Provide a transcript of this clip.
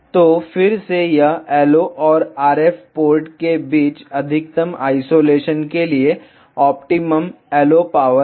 तो फिर से यह LO और RF पोर्ट के बीच अधिकतम आइसोलेशन के लिए ऑप्टिमम LO पावर है